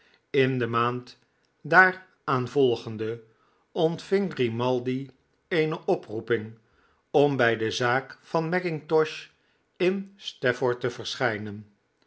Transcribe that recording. in de maand daaraanvolgende ontving grimaldi eene oproeping om bij de zaak van mackintosh in stafford te verschijnen